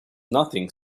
nothing